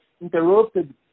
interrupted